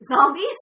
zombies